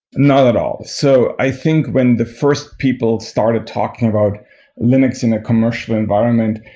not at all. so i think when the first people started talking about linux in a commercial environment,